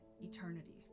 eternity